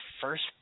first